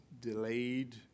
delayed